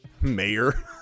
Mayor